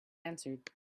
answered